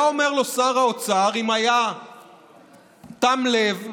היה אומר לו שר האוצר, אם היה תם לב,